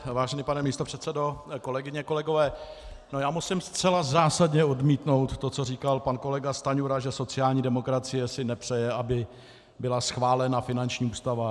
Vážený pane místopředsedo, kolegyně, kolegové, já musím zcela zásadně odmítnout to, co říkal pan kolega Stanjura, že sociální demokracie si nepřeje, aby byla schválena finanční ústava.